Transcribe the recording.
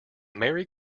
merry